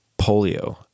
polio